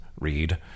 read